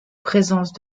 présence